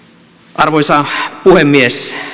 arvoisa puhemies